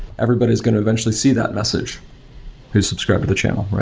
everybody is going to eventually see that message who's subscribed to the channel.